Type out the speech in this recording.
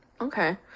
okay